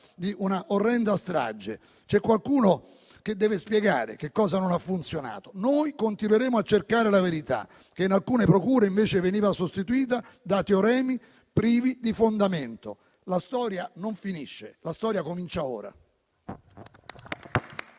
di una orrenda strage. C'è qualcuno che deve spiegare che cosa non ha funzionato. Noi continueremo a cercare la verità, che in alcune procure invece veniva sostituita da teoremi privi di fondamento. La storia non finisce, la storia comincia ora.